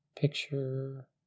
Picture